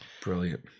Brilliant